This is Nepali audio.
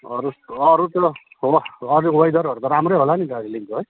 अरू अरू त हो अरू वेदरहरू त राम्रै होला नि दार्जिलिङको है